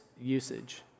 usage